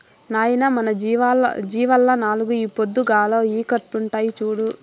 నాయనా మన జీవాల్ల నాలుగు ఈ పొద్దుగాల ఈకట్పుండాయి చూడు